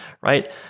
right